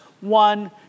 one